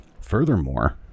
Furthermore